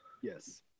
Yes